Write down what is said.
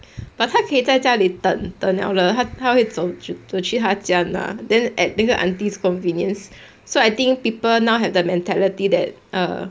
but 它可以在家里等等了了他他会走她家拿 then at 那个 auntie's convenience so I think people now have the mentality that err